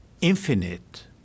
infinite